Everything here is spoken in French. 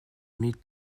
mille